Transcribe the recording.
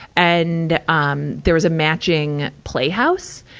and, um, there was a matching playhouse.